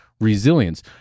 resilience